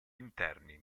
interni